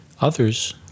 Others